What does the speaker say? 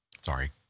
Sorry